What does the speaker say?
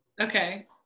Okay